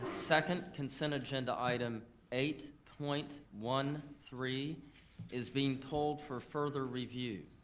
second consent agenda item eight point one three is being pulled for further review.